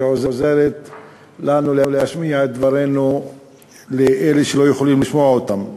שעוזרת לנו להשמיע את דברינו לאלה שלא יכולים לשמוע אותנו,